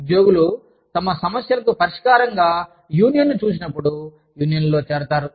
ఉద్యోగులు తమ సమస్యలకు పరిష్కారంగా యూనియన్ను చూసినప్పుడు యూనియన్లలో చేరతారు